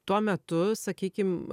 tuo metu sakykim